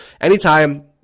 anytime